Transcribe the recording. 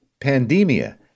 Pandemia